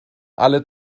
alle